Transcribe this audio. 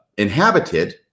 inhabited